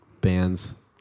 bands